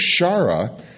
Shara